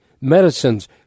Medicine's